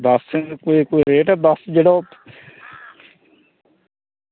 बस दे रेट बस जेह्ड़ा ओह्